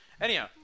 Anyhow